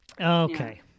Okay